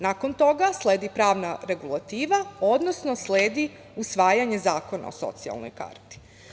Nakon toga sledi pravna regulativa, odnosno sledi usvajanje zakona o socijalnoj karti.